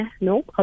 No